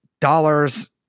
dollars